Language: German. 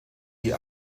die